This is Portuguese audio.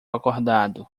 acordado